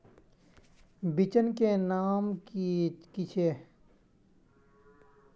बिचन के नाम की छिये?